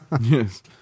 Yes